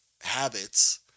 habits